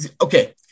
okay